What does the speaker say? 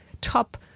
top